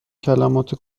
کلمات